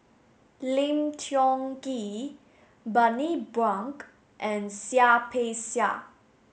Lim Tiong Ghee Bani Buang and Seah Peck Seah